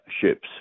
ships